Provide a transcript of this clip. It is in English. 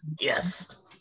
Yes